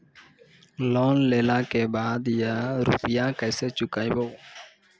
Loan लेला के बाद या रुपिया केसे चुकायाबो?